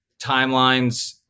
timelines